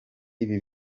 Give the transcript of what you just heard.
ibi